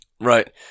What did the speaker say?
Right